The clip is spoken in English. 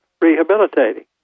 rehabilitating